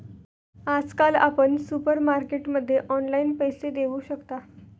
आजकाल आपण सुपरमार्केटमध्ये ऑनलाईन पैसे देऊ शकता